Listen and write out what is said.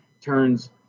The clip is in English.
turns